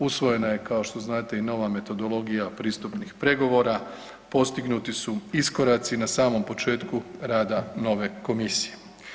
Usvojena je kao što znate i nova metodologija pristupnih pregovora, postignuti su iskoraci na samom početku rada nove komisije.